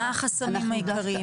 מה החסמים העיקריים?